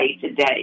today